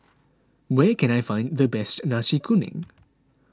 where can I find the best Nasi Kuning